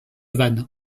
vanne